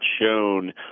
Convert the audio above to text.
shown